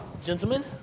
Gentlemen